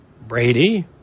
Brady